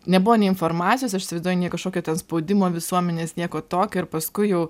nebuvo nei informacijos aš įsivaizduoju nei kažkokio ten spaudimo visuomenės nieko tokio ir paskui jau